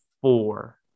four